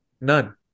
None